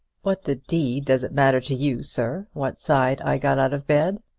what the d does it matter to you, sir, what side i got out of bed?